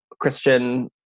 Christian